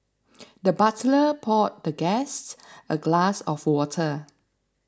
the butler poured the guest a glass of water